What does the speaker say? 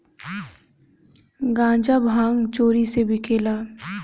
गांजा भांग चोरी से बिकेला